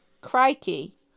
crikey